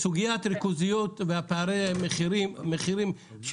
בסוגיית הריכוזיות ופערי מחירים של